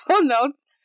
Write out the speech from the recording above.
notes